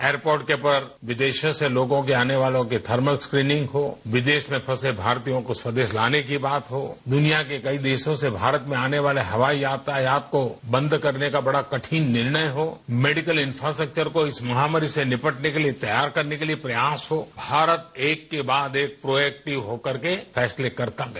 airport पर विदेशों से आने वाले लोगों के थर्मल स्क्रीनिंग हों विदेश में फंसे भारतीयों को स्वेदेश लाने की बात हो दुनिया के कई देशों से भारत में आने वाले हवाई यातायात को बंद करने का बड़ा कठिन निर्णय हो मेडिकल इंफ्रास्टेक्चर को इस महामारी से निपटने के लिए तैयार करने के लिए प्रयास हों भारत एक के बाद एक प्रोएक्टिव होकर के फैसले करता गया